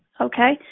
Okay